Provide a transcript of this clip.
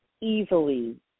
easily